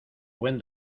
buen